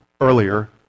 earlier